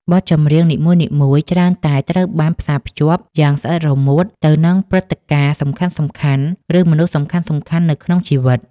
បទចម្រៀងនីមួយៗច្រើនតែត្រូវបានផ្សារភ្ជាប់យ៉ាងស្អិតរមួតទៅនឹងព្រឹត្តិការណ៍សំខាន់ៗ ឬមនុស្សសំខាន់ៗនៅក្នុងជីវិត